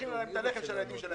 לוקחים מהם את הלחם של הילדים שלהם,